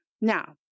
now